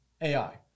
AI